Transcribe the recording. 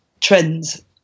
trends